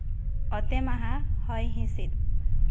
ᱚᱛᱮ ᱢᱟᱦᱟ ᱦᱚᱭ ᱦᱤᱸᱥᱤᱫ